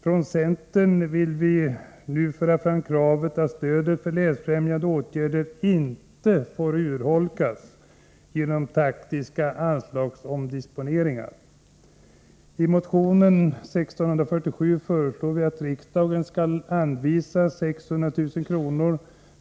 Från centern vill vi nu föra fram kravet att stödet för läsfrämjande åtgärder inte får urholkas genom taktiska anslagsomdisponeringar. I motion 1647 föreslår vi att riksdagen skall anvisa 600 000 kr.